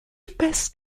épaisse